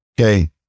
Okay